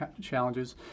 challenges